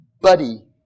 buddy